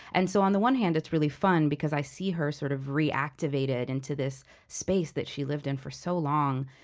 and so on the one hand, it's really fun i see her sort of reactivated into this space that she lived in for so long.